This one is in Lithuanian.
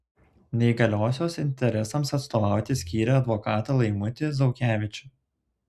neįgaliosios interesams atstovauti skyrė advokatą laimutį zaukevičių